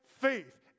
faith